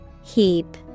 Heap